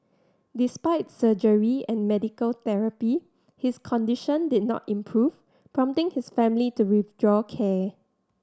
despite surgery and medical therapy his condition did not improve prompting his family to withdraw care